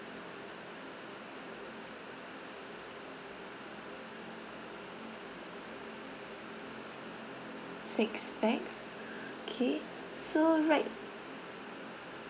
six pax okay so right